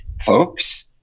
folks